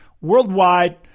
worldwide